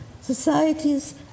societies